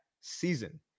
season